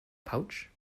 pouch